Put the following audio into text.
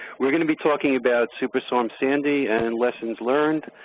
we're going to be talking about superstorm sandy and lessons learned.